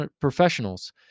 professionals